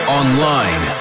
online